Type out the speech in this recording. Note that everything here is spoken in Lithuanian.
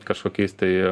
kažkokiais tai